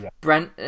Brent